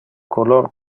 color